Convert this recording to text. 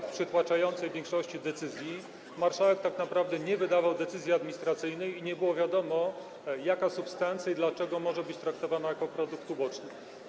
W przytłaczającej większości decyzji marszałek tak naprawdę nie wydawał decyzji administracyjnej i nie było wiadomo, jaka substancja i dlaczego może być traktowana jako produkt uboczny.